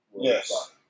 Yes